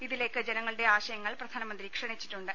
ഇതിലേക്ക് ജനങ്ങളുടെ ആശയങ്ങൾ പ്രധാനമന്ത്രി ക്ഷണിച്ചിട്ടുണ്ട്